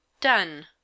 Done